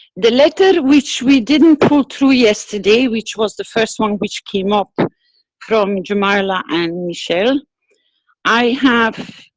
the letter which we didn't pull through yesterday which was the first one which came up from jamila and michelle. i have,